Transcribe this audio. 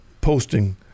posting